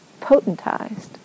potentized